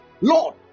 Lord